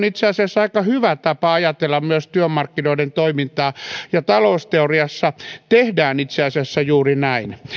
itse asiassa aika hyvä tapa ajatella myös työmarkkinoiden toimintaa ja talousteoriassa tehdään itse asiassa juuri näin